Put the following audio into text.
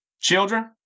children